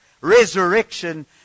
resurrection